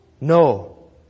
No